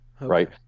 Right